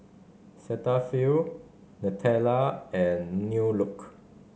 Cetaphil Nutella and New Look